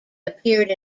appeared